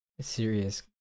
serious